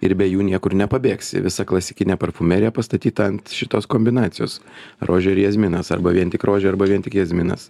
ir be jų niekur nepabėgsi visa klasikinė parfumerija pastatyta ant šitos kombinacijos rožė ir jazminas arba vien tik rožė arba vien tik jazminas